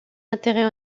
intérêt